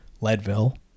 Leadville